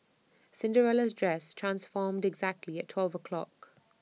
Cinderella's dress transformed exactly at twelve o'clock